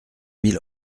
mille